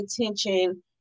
attention